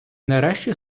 нарешті